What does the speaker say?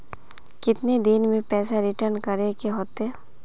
कितने दिन में पैसा रिटर्न करे के होते?